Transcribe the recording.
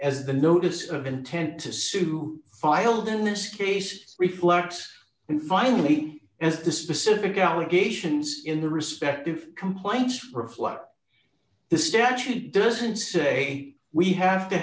as the notice of intent to sue filed in this case reflects in finally as the specific allegations in the respective compliance reflect the statute doesn't say we have to